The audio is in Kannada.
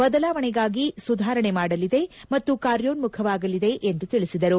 ಬದಲಾವಣೆಗಾಗಿ ಸುಧಾರಣೆ ಮಾಡಲಿದೆ ಮತ್ತು ಕಾರ್ಯೋನ್ಮುಖವಾಗಲಿದೆ ಎಂದು ತಿಳಿಸಿದರು